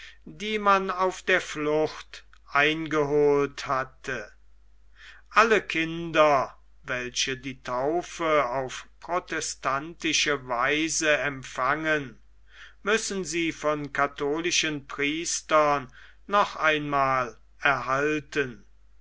die man auf der flucht eingeholt hatte alle kinder welche die taufe auf protestantische weise empfangen müssen sie von katholischen priestern noch einmal erhalten